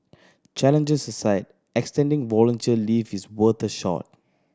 challenges aside extending volunteer leave is worth a shot